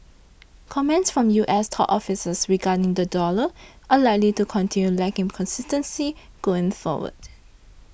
comments from U S top officials regarding the dollar are likely to continue lacking consistency going forward